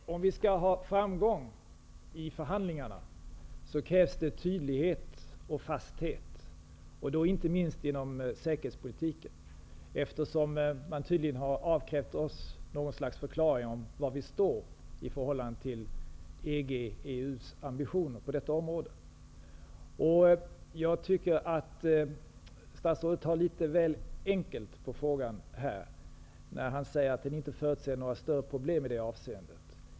Fru talman! Om vi skall ha framgång i förhandlingarna krävs det tydlighet och fasthet, inte minst inom säkerhetspolitiken, eftersom man tydligen har avkrävt oss något slags förklaring om var vi står i förhållande till EG:s och EU:s ambitioner på detta område. Jag tycker att statsrådet tar litet väl lätt på frågan, när han säger att han inte förutser några större problem i det avseendet.